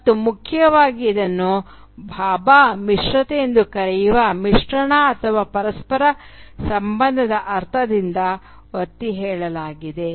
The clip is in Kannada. ಮತ್ತು ಮುಖ್ಯವಾಗಿ ಇದನ್ನು ಭಾಭಾ ಮಿಶ್ರತೆ ಎಂದು ಕರೆಯುವ ಮಿಶ್ರಣ ಅಥವಾ ಪರಸ್ಪರ ಸಂಬಂಧದ ಅರ್ಥದಿಂದ ಒತ್ತಿಹೇಳಲಾಗಿದೆ